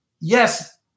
yes